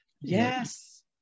yes